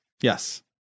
Yes